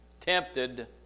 tempted